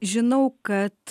žinau kad